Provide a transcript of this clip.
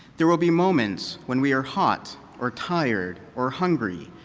there will be moments when we are hot or tired or hungry,